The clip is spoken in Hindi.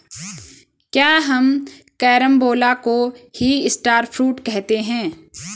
क्या हम कैरम्बोला को ही स्टार फ्रूट कहते हैं?